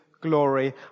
glory